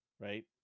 right